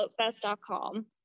FloatFest.com